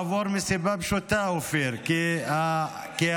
לא יעבור מסיבה פשוטה, אופיר, כי החוק,